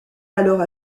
alors